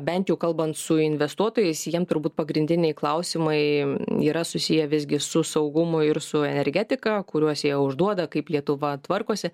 bent jau kalbant su investuotojais jiem turbūt pagrindiniai klausimai yra susiję visgi su saugumu ir su energetika kuriuos jie užduoda kaip lietuva tvarkosi